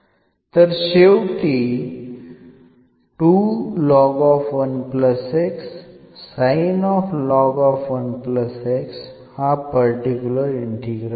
तर शेवटी हा पर्टिक्युलर इंटिग्रल आहे